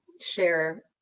share